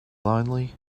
lonely